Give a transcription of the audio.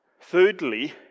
Thirdly